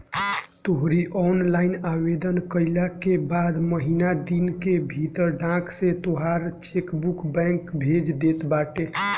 तोहरी ऑनलाइन आवेदन कईला के बाद महिना दिन के भीतर डाक से तोहार चेकबुक बैंक भेज देत बाटे